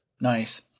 nice